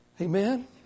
Amen